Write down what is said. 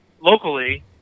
locally